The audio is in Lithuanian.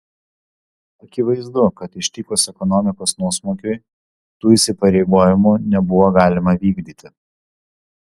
akivaizdu kad ištikus ekonomikos nuosmukiui tų įsipareigojimų nebuvo galima vykdyti